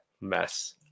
mess